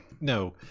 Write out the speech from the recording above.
No